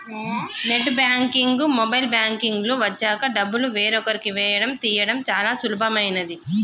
net banking, mobile banking లు వచ్చాక డబ్బులు వేరొకరికి వేయడం తీయడం చాలా సులభమైనది